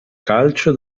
calcio